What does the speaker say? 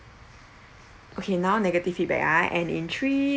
okay now negative feedback ah and in three